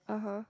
(uh huh)